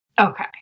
Okay